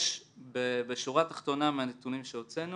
בשורה תחתונה, מהנתונים שהוצאנו